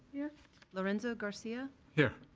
yeah lorenzo garcia. here.